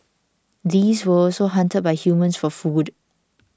these were also hunted by humans for food